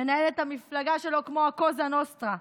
מנהל את המפלגה שלו כמו הקוזה נוסטרה,